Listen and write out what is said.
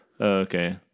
Okay